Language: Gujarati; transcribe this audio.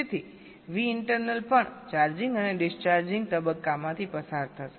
તેથી Vinternal પણ ચાર્જિંગ અને ડિસ્ચાર્જિંગ તબક્કામાંથી પસાર થશે